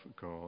God